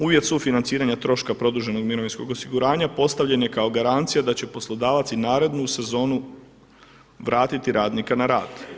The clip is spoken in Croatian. Uvjet sufinanciranja troškova produženog mirovinskog osiguranja postavljen je kao garancija da će poslodavac i narednu sezonu vratiti radnika na rad.